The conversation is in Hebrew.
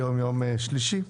היום יום שלישי,